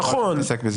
נכון.